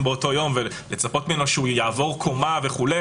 באותו יום ולצפות ממנו שהוא יעבור קומה וכו',